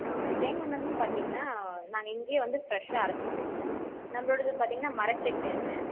தேங்காய் எண்ணெய்னு பார்த்தீங்கன்னா நாங்கள் இங்கே வந்து ஃப்ரெஷ்ஷாக அரைத்து கொடுக்குறோம் நம்மளோடது பார்த்தீங்கன்னா மரச்செக்கு எண்ணெய்